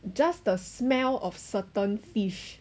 just the smell of certain fish